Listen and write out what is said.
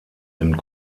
nimmt